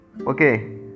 Okay